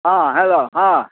हँ हेलो हँ